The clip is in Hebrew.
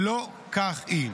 ולא כך היא.